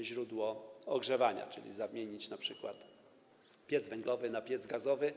źródło ogrzewania, czyli zamienić np. piec węglowy na piec gazowy.